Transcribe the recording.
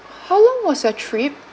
how long was your trip